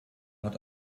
hat